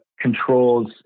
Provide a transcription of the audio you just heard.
controls